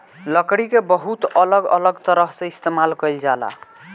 लकड़ी के बहुत अलग अलग तरह से इस्तेमाल कईल जाला